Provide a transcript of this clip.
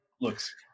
looks